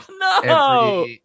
no